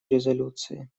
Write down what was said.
резолюции